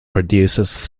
produces